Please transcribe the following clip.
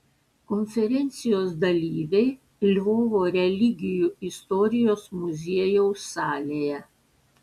konferencijos dalyviai lvovo religijų istorijos muziejaus salėje